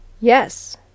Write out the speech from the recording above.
Yes